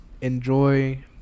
enjoy